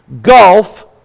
gulf